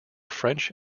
french